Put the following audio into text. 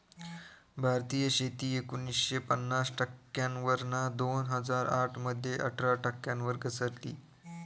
भारतीय शेती एकोणीसशे पन्नास टक्क्यांवरना दोन हजार आठ मध्ये अठरा टक्क्यांवर घसरली